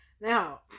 Now